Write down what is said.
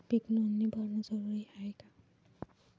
पीक नोंदनी भरनं जरूरी हाये का?